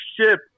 ship